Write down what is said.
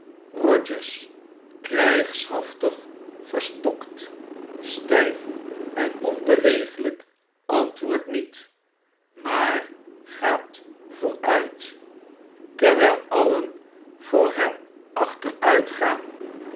rogers krygsbaftig verstokt styf en i onbeweeglyk antwoordt niet maar gaat vooruit i overdrukken terwijl alien voor hem achteruit